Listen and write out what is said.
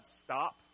stop